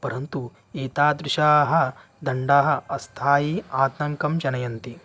परन्तु एतादृशाः दण्डाः अस्थायी आतङ्कं जनयन्ति